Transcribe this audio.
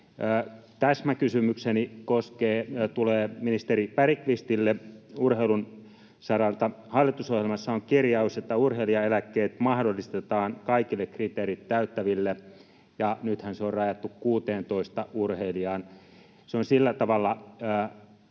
Täsmäkysymykseni tulee ministeri Bergqvistille urheilun saralta: Hallitusohjelmassa on kirjaus, että urheilijaeläkkeet mahdollistetaan kaikille kriteerit täyttäville. Nythän se on rajattu 16 urheilijaan, ja se on sillä tavalla